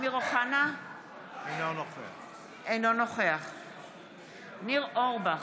אינו נוכח ניר אורבך,